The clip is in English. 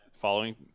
following